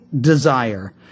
desire